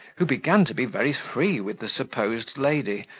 who began to be very free with the supposed lady,